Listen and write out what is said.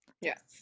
yes